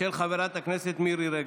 של חברת הכנסת מירי רגב.